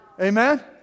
Amen